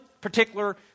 particular